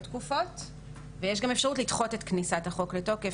תקופות ויש גם אפשרות לדחות את כניסת החוק בתוקף,